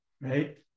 right